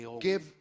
give